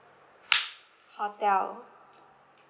hotel